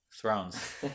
Thrones